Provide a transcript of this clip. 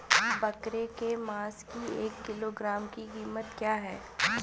बकरे के मांस की एक किलोग्राम की कीमत क्या है?